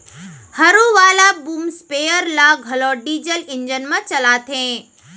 हरू वाला boom sprayer ल घलौ डीजल इंजन म चलाथें